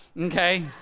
okay